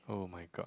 oh-my-god